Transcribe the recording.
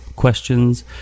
questions